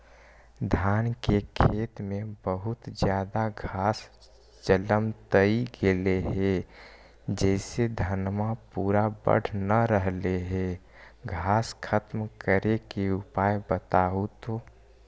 धान के खेत में बहुत ज्यादा घास जलमतइ गेले हे जेसे धनबा पुरा बढ़ न रहले हे घास खत्म करें के उपाय बताहु तो?